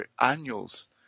annuals